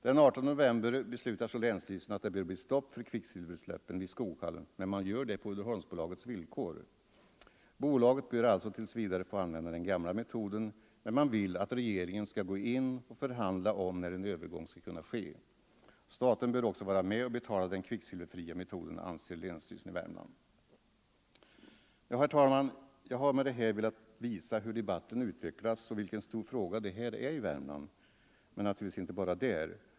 Den 18 november beslutar så länsstyrelsen att det bör bli stopp för kvicksilverutsläppen vid Skoghall, men man gör det på Uddeholmsbolagets villkor. Bolaget bör alltså tills vidare få använda den gamla metoden, men man vill att regeringen skall gå in och förhandla om när en övergång skall kunna ske. Staten bör också vara med och betala den kvicksilverfria metoden, anser länsstyrelsen i Värmland. Herr talman! Jag har med det här velat visa hur debatten utvecklats och vilken stor fråga detta är i Värmland, men naturligtvis inte bara där.